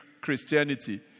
Christianity